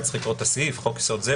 אולי צריך לקרוא את הסעיף: "חוק-יסוד זה,